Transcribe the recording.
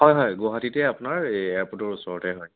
হয় হয় গুৱাহাটীতে আপোনাৰ এই এয়াৰপৰ্টৰ ওচৰতে হয়